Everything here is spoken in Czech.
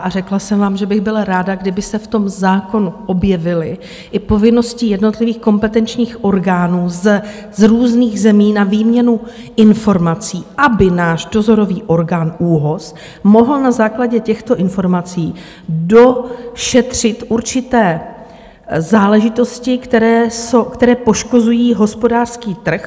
A řekla jsem vám, že bych byla ráda, kdyby se v tom zákonu objevily i povinnosti jednotlivých kompetenčních orgánů z různých zemí na výměnu informací, aby náš dozorový orgán ÚOHS mohl na základě těchto informací došetřit určité záležitosti, které jsou, které poškozují hospodářský trh.